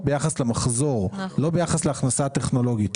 ביחס למחזור ולא ביחס להכנסה טכנולוגית.